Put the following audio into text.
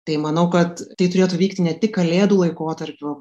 tai manau kad tai turėtų vykti ne tik kalėdų laikotarpiu